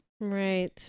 right